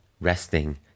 resting